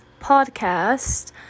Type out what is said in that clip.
podcast